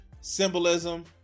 symbolism